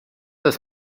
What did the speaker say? das